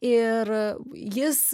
ir jis